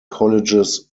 colleges